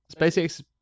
SpaceX